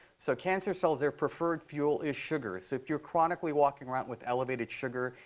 so cancer cells, their preferred fuel is sugar. ah so if you're chronically walking around with elevated sugar,